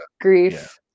grief